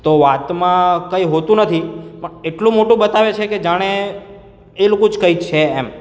તો વાતમાં કંઈ હોતું નથી પણ એટલું મોટું બતાવે છે કે જાણે એ લોકો જ કંઈ છે એમ